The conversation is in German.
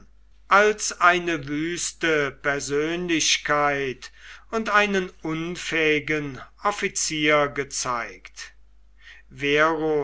als eine wüste persönlichkeit und einen unfähigen offizier gezeigt